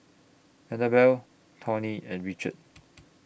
Annabell Tawny and Richard